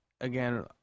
again